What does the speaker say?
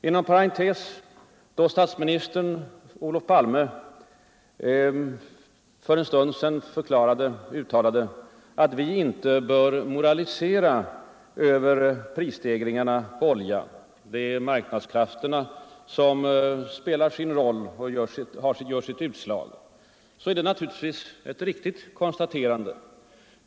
Inom parentes vill jag säga, att när statsminister Olof Palme för en stund sedan framhöll att vi inte bör ”moralisera” över prisstegringarna på olja, när marknadskrafterna spelar sin roll och gör sitt utslag, så var det naturligtvis ett i och för sig riktigt konstaterande.